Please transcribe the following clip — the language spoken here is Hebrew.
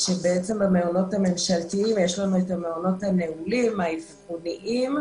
המעונות הממשלתיים יש לנו את המעונות הנעולים האבחוניים.